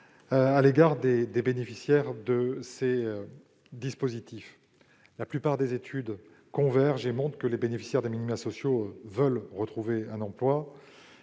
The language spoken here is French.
à l'égard des bénéficiaires des dispositifs sociaux. La plupart des études convergent pour montrer que les bénéficiaires de minima sociaux veulent retrouver un emploi